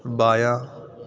بایاں